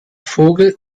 vogel